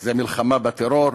זה מלחמה בטרור?